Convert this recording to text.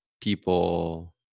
people